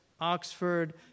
Oxford